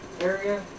area